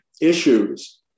issues